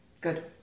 Good